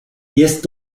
jest